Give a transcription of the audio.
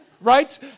Right